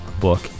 book